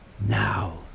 Now